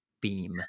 Beam